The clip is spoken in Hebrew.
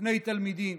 בפני תלמידים.